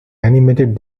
animated